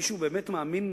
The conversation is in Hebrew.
מישהו באמת מאמין